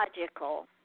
logical